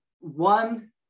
one